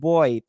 Boy